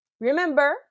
remember